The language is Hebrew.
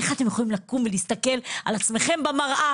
איך אתם יכולים לקום ולהסתכל על עצמכם במראה